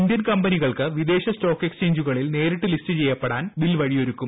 Indian കമ്പനികൾക്ക് വിദേശ stock എക്സ്ചേഞ്ചുകളിൽ നേരിട്ട് ലിസ്റ്റ് ചെയ്യപ്പെടാൻ ബിൽ വഴിയൊരുക്കും